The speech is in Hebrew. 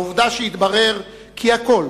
העובדה שהתברר כי הכול,